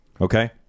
Okay